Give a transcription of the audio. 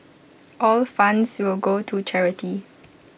all funds will go to charity